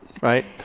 right